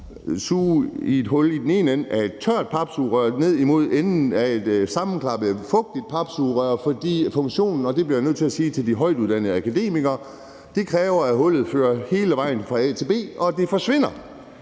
suge af et hul i den ene, tørre ende af et papsugerør og ned mod den anden, sammenklappede og fugtige ende af papsugerøret. For funktionaliteten, og det bliver jeg nødt til at sige til de højtuddannede akademikere, kræver, at hullet fører hele vejen fra A til B, og det hul forsvinder,